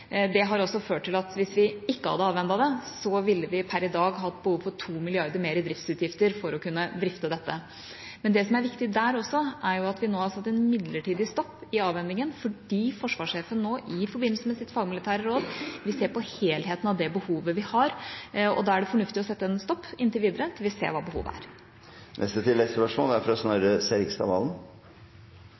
Hvis vi ikke hadde avhendet det, ville vi per i dag hatt behov for to milliarder mer i driftsutgifter for å kunne drifte dette. Det som er viktig, er at vi nå har satt en midlertidig stopp i avhendingen, fordi forsvarssjefen i forbindelse med sitt fagmilitære råd vil se på helheten av det behovet vi har. Da er det fornuftig å sette en stopp inntil videre, til vi ser hva behovet er.